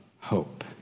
hope